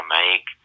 make